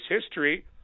history